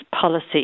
policy